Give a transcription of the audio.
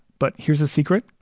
but here's a secret.